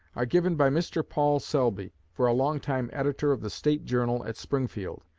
are given by mr. paul selby, for a long time editor of the state journal at springfield,